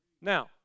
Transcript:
Now